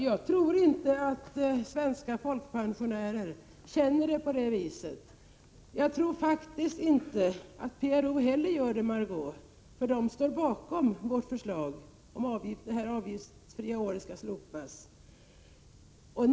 Jag tror inte att svenska folkpensionärer känner det på det sättet. Inte heller tror jag, Margéö Ingvardsson, att PRO känner det så, eftersom den organisationen står bakom vårt förslag om att det avgiftsfria året skall slopas.